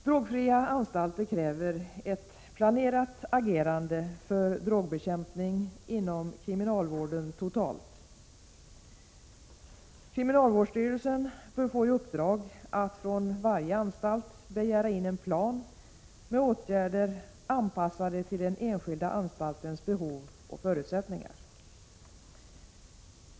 Drogfria anstalter kräver ett planerat agerande för drogbekämpning inom kriminalvården totalt. Kriminalvårdsstyrelsen bör få i uppdrag att från varje anstalt begära in en plan med åtgärder anpassade till den enskilda anstaltens behov och förutsättningar.